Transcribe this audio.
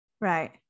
Right